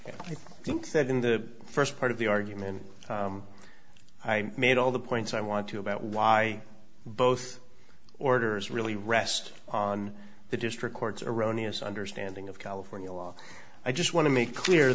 all i think that in the first part of the argument i made all the points i want to about why both orders really rest on the district court's erroneous understanding of california law i just want to make clear